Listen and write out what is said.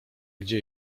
gdzie